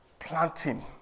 Planting